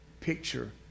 picture